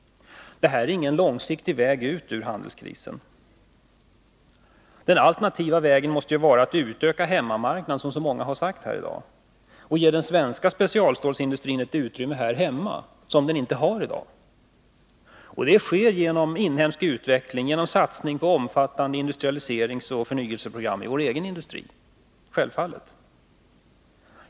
Detta är ingen väg ut ur handelskrisen. Den alternativa vägen måste, som så många sagt i dag, vara att utöka hemmamarknaden och ge den svenska specialstålsindustrin ett utrymme här som den inte har i dag. Det sker självfallet genom inhemsk utveckling, genom satsning på omfattande industrialiseringsoch förnyelseprogram i vår egen industri.